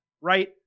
right